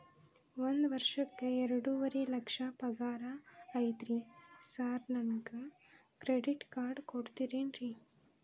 ಒಂದ್ ವರ್ಷಕ್ಕ ಎರಡುವರಿ ಲಕ್ಷ ಪಗಾರ ಐತ್ರಿ ಸಾರ್ ನನ್ಗ ಕ್ರೆಡಿಟ್ ಕಾರ್ಡ್ ಕೊಡ್ತೇರೆನ್ರಿ?